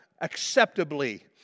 acceptably